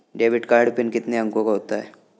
Debit card PIN कितने अंकों का होता है?